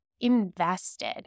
invested